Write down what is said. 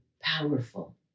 powerful